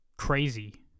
crazy